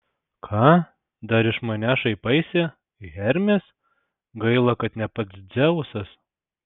ką dar iš manęs šaipaisi hermis gaila kad ne pats dzeusas